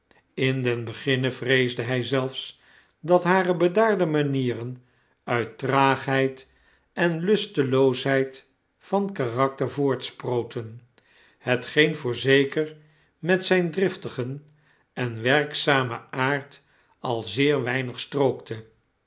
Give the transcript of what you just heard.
in den beginne vreesde hy zelfs dat hare bedaarde manieren uit traagheid en lusteloosheid van karakter voortsproten hetgeen voorzeker met zyn driftign en werkzamen aard al zeer weinig strookte